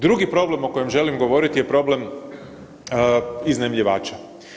Drugi problem o kojem želim govoriti je problem iznajmljivača.